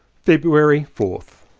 february fourth.